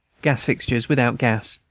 gas-fixtures without gas,